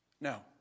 No